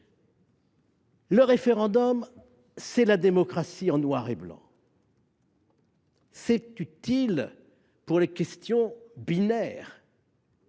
Le référendum, c’est la démocratie en noir et blanc. C’est utile pour les questions binaires.